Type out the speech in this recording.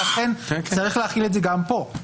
ולכן, צריך להחיל את זה גם פה.